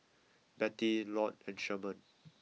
Bette Loyd and Sherman